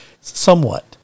Somewhat